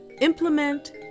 implement